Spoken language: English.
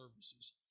services